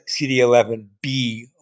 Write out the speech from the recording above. CD11B